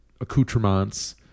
accoutrements